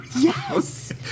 yes